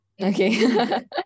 Okay